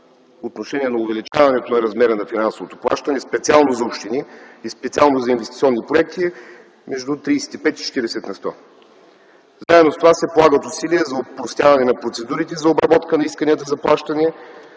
отношение увеличаване размера на финансовото плащане специално за общините и специално за инвестиционни проекти между 35-40 на сто. Заедно с това се полагат усилия за опростяване на процедурите за обработка на исканията за плащане,